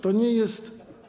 To nie jest.